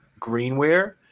Greenware